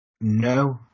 no